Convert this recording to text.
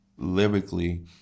lyrically